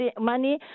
money